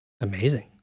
Amazing